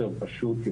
יותר פשוט,